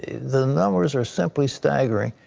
the numbers are simply staggering.